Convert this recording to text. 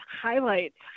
highlights